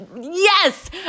Yes